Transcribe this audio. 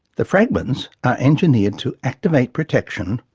the fragments are engineered to activate protection,